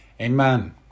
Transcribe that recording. Amen